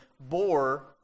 bore